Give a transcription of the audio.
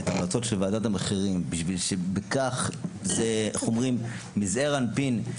המלצות ועדת המחירים בשביל שכך בזעיר אנפין,